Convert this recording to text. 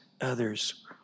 others